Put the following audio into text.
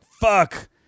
fuck